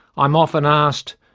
i am often asked,